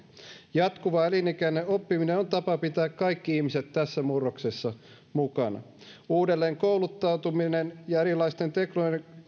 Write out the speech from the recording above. jatkuva elinikäinen oppiminen on tapa pitää kaikki ihmiset tässä murroksessa mukana uudelleenkouluttautuminen ja erilaisten teknologioiden